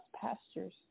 pastures